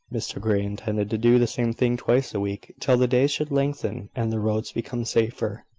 mr grey intended to do the same thing twice a week, till the days should lengthen, and the roads become safer.